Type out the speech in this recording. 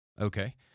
Okay